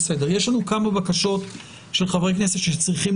יש לנו כמה בקשות של חברי כנסת שצריכים